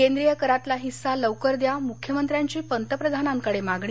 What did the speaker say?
केंद्रीय करातला हिस्सा लवकर द्या मुख्यमंत्र्यांची पंतप्रधानांकडे मागणी